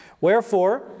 Wherefore